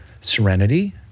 serenity